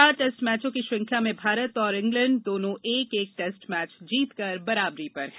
चार टैस्ट मैचों की श्रृंखला में भारत और इंग्लैंड दोनों एक एक टैस्ट मैच जीतकर बराबरी पर हैं